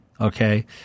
Okay